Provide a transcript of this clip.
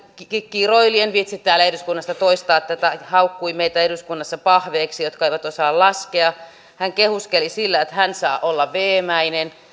kiroili en viitsi täällä eduskunnassa toistaa tätä haukkui meitä eduskunnassa pahveiksi jotka eivät osaa laskea hän kehuskeli sillä että hän saa olla veemäinen